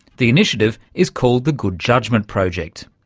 the initiative is called the good judgement project.